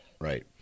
right